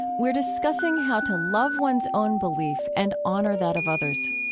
we're discussing how to love one's own belief and honor that of others.